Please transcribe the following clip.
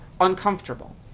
Uncomfortable